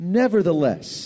nevertheless